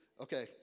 okay